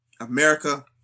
America